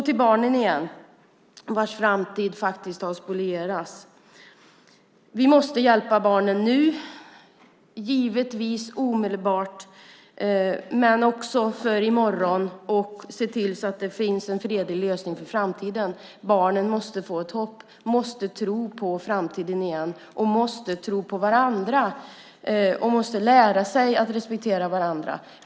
Till barnen igen: Deras framtid har spolierats. Vi måste hjälpa barnen nu, givetvis omedelbart men också för i morgon, och se till att det finns en fredlig lösning för framtiden. Barnen måste få ett hopp, måste tro på framtiden igen och måste tro på varandra. De måste lära sig att respektera varandra.